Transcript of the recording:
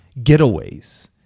getaways